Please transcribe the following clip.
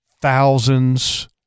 Thousands